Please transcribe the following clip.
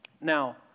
Now